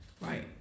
right